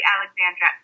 Alexandra